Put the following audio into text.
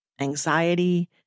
anxiety